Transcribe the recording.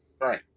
Right